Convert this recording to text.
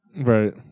Right